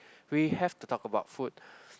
we have to talk about food